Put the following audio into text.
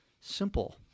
simple